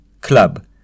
Club